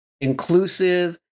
inclusive